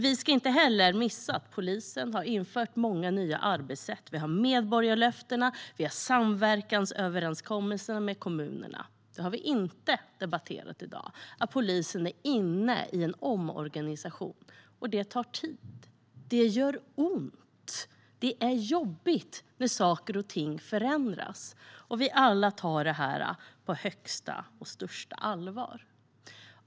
Vi ska inte heller missa att polisen har infört många nya arbetssätt. Där finns medborgarlöftena och samverkansöverenskommelserna med kommunerna. Dem har vi inte debatterat i dag. Polisen är inne i en omorganisation. Det tar tid. Det gör ont! Det är jobbigt när saker och ting förändras. Vi tar alla dessa frågor på högsta och största allvar.